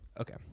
Okay